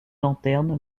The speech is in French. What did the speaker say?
lanterne